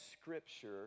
Scripture